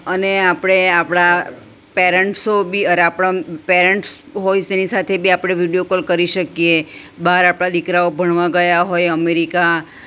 અને આપણે આપણા પેરન્ટ્સો બી અરે આપણા પેરન્ટ્સ હોય તેની સાથે બી આપણે વિડીયો કોલ કરી શકીએ બહાર આપણા દીકરાઓ ભણવા ગયા હોય અમેરિકા